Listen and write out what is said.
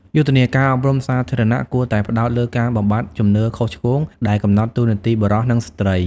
យុទ្ធនាការអប់រំសាធារណៈគួរតែផ្តោតលើការបំបាត់ជំនឿខុសឆ្គងដែលកំណត់តួនាទីបុរស និងស្ត្រី។